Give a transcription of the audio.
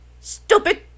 stupid